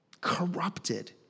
corrupted